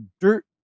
dirt